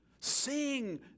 sing